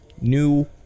New